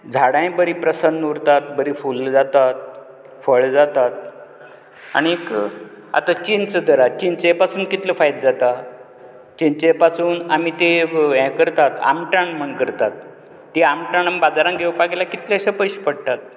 झाडांय बरीं प्रसन्न उरतात बरीं फुल जातात फळ जातात आनीक आता चिंच धरात चिंचे पासून कितलो फायदो जाता चिंचे पासून आमी ती यें करतात आमटाण करतात ती आमटाण आमी बाजारान घेवपाक गेल्यार कितलेशे पयशे पडटात